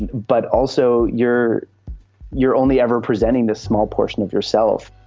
and but also you're you're only ever presenting this small portion of yourself